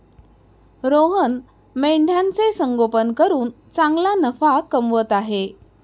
रोहन मेंढ्यांचे संगोपन करून चांगला नफा कमवत आहे